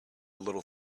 little